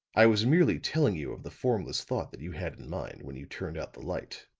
i was merely telling you of the formless thought that you had in mind when you turned out the light.